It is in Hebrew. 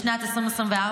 בשנת 2024,